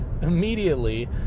immediately